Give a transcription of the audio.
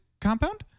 compound